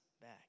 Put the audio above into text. back